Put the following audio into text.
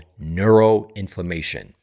neuroinflammation